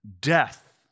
death